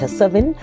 seven